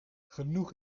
genoeg